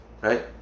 Right